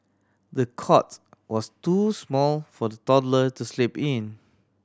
the cots was too small for the toddler to sleep in